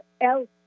else